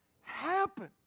happen